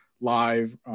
live